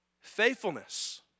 Faithfulness